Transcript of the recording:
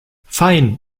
fein